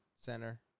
center